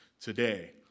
today